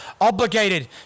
obligated